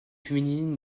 féminine